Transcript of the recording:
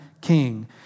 king